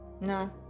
No